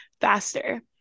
faster